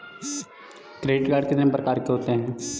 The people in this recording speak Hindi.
क्रेडिट कार्ड कितने प्रकार के होते हैं?